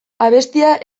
abestia